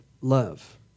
love